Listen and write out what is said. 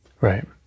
Right